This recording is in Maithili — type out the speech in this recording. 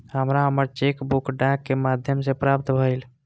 हमरा हमर चेक बुक डाक के माध्यम से प्राप्त भईल